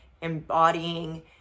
embodying